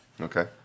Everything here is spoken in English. Okay